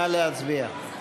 נא להצביע.